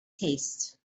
taste